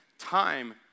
time